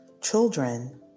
Children